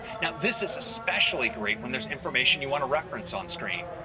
now this is especially great when there's information you want to reference on-screen.